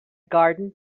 garden